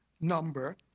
number